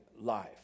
life